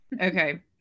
Okay